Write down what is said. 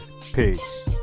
peace